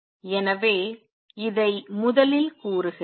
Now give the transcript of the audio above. எனவே இதை முதலில் கூறுகிறேன்